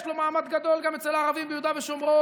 יש לו מעמד גדול גם אצל הערבים ביהודה ושומרון